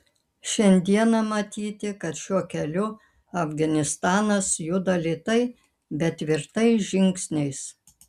šiandieną matyti kad šiuo keliu afganistanas juda lėtai bet tvirtais žingsniais